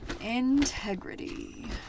Integrity